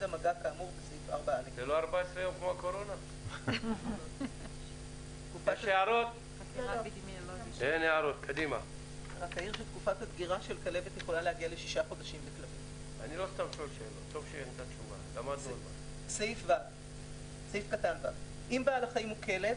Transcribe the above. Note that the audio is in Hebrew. המגע כאמור בסעיף 4א. (ו)אם בעל החיים הוא כלב,